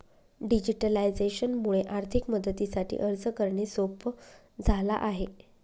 digitalisation मुळे आर्थिक मदतीसाठी अर्ज करणे सोप झाला आहे